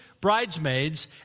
bridesmaids